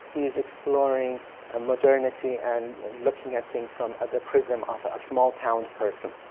he is exploring um modernity and looking at things from the prism of a small towns person.